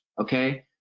okay